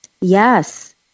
Yes